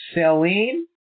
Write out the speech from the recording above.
selene